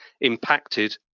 impacted